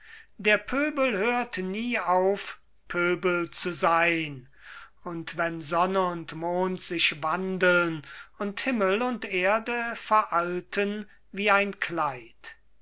der pöbel hört nie auf pöbel zu seyn und wenn sonne und mond sich wandeln und himmel und erde veralten wie ein kleid